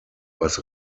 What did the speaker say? was